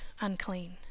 unclean